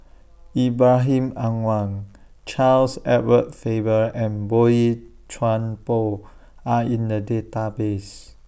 Ibrahim Awang Charles Edward Faber and Boey Chuan Poh Are in The Database